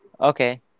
okay